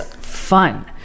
fun